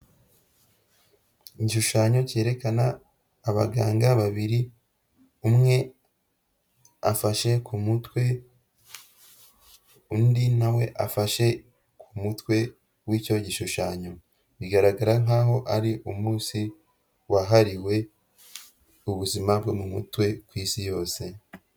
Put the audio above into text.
Igishushanyo cyerekana abaganga babiri, umwe afashe ku mutwe undi nawe afashe Ku mutwe w'icyo gishushanyo, bigaragara nkaho ari umunsi wahariwe ubuzima bwo mu mutwe ku isi yose.